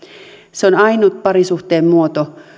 se on ainut parisuhteen muoto